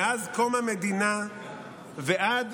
מאז קום המדינה ועד